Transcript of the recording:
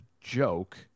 joke